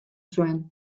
zuen